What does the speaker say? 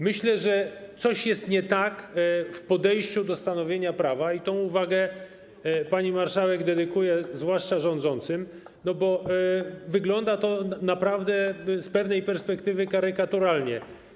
Myślę, że coś jest nie tak w podejściu do stanowienia prawa, i tę uwagę, pani marszałek, dedykuję zwłaszcza rządzącym, bo wygląda to naprawdę z pewnej perspektywy karykaturalnie.